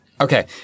Okay